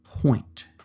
point